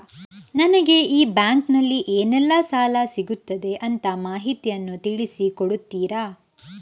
ನನಗೆ ಈ ಬ್ಯಾಂಕಿನಲ್ಲಿ ಏನೆಲ್ಲಾ ಸಾಲ ಸಿಗುತ್ತದೆ ಅಂತ ಮಾಹಿತಿಯನ್ನು ತಿಳಿಸಿ ಕೊಡುತ್ತೀರಾ?